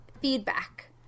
feedback